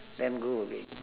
then go again